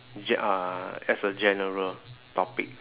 g~ uh as a general topic